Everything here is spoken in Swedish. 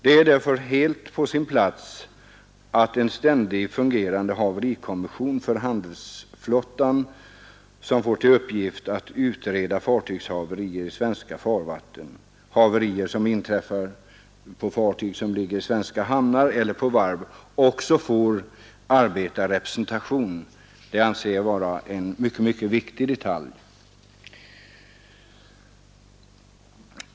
Det är därför helt på sin plats att en ständigt fungerande haverikommission för handelsflottan — som skall ha till uppgift att utreda fartygshaverier i svenska farvatten liksom haverier som drabbar fartyg liggande i svenska hamnar eller på varv — också får arbetarrepre sentation. Det anser jag vara en mycket viktig detalj.